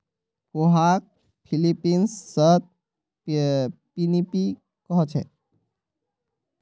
पोहाक फ़िलीपीन्सत पिनीपिग कह छेक